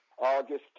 August